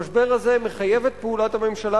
המשבר הזה מחייב את פעולת הממשלה,